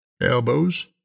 Elbows